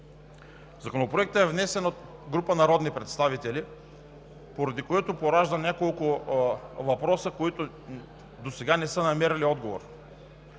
Законопроектът е внесен от група народни представители, поради което поражда няколко въпроса, които досега не са намерили отговор.